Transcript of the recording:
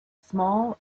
small